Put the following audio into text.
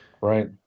Right